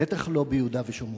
בטח לא ביהודה ושומרון.